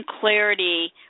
clarity